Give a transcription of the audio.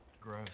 Gross